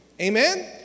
Amen